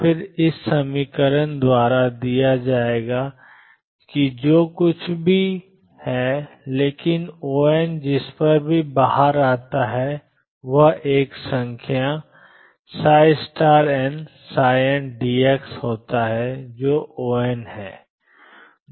फिर ⟨O⟩ ∫nOndx द्वारा दिया जाएगा जो कि कुछ भी नहीं है लेकिन Onजिस पर बाहर आता है जो एक संख्या nndx है जो On है